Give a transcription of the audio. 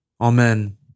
Amen